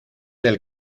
del